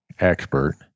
expert